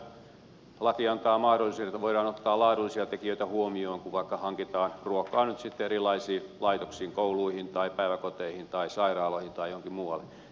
tällä hetkellä laki antaa mahdollisuuden että voidaan ottaa laadullisia tekijöitä huomioon kun vaikka hankitaan ruokaa nyt sitten erilaisiin laitoksiin kouluihin tai päiväkoteihin tai sairaaloihin tai johonkin muualle